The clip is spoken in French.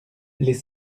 les